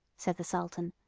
said the sultan,